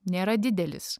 nėra didelis